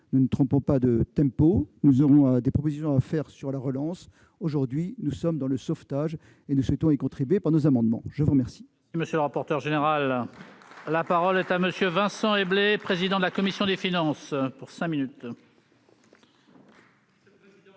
nous trompons pas de tempo, nous aurons des propositions à faire sur la relance, mais, aujourd'hui, nous sommes dans le sauvetage et nous souhaitons y contribuer par nos amendements. La parole